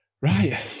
Right